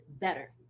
better